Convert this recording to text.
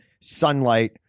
sunlight